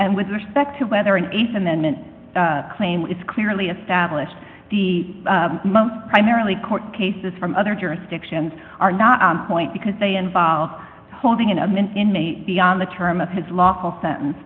and with respect to whether an th and then didn't claim it's clearly established the most primarily court cases from other jurisdictions are not point because they involve holding a mint inmate beyond the term of his lawful sentence